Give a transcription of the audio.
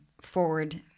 forward